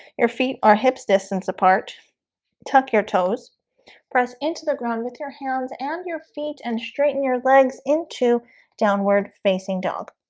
your feet are hips distance apart tuck your toes press into the ground with your hands and your feet and straighten your legs into downward facing dog